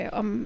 om